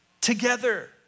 together